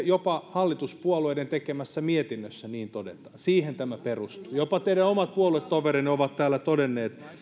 jopa hallituspuolueiden tekemässä mietinnössä niin todetaan siihen tämä perustuu jopa teidän omat puoluetoverinne ovat täällä todenneet